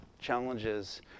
challenges